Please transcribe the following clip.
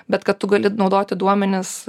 bet kad tu gali naudoti duomenis